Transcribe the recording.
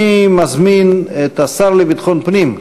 אני מזמין את השר לביטחון פנים,